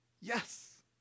Yes